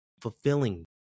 fulfilling